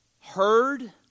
heard